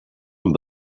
een